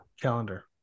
calendar